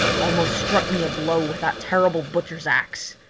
almost struck me a blow with that terrible butcher's axe.